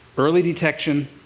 early detection,